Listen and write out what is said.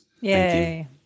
Yay